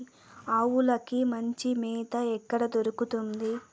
ఆవులకి మంచి మేత ఎక్కడ దొరుకుతుంది?